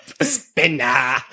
Spinner